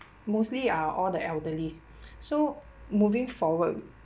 mostly are all the elderlies so moving forward